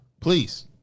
Please